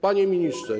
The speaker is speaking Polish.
Panie Ministrze!